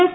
S